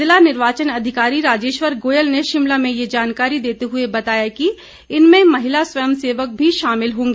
जिला निर्वाचन अधिकारी राजेश्वर गोयल ने शिमला में ये जानकारी देते हुए बताया कि इनमें महिला स्वयं सेवक भी शामिल होंगी